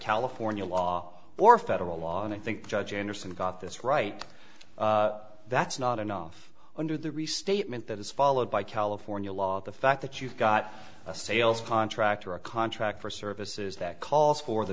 california law or federal law and i think judge anderson got this right that's not enough under the restatement that is followed by california law the fact that you've got a sales contract or a contract for services that calls for the